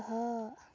آ